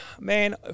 Man